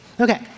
Okay